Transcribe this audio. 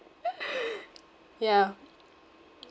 yeah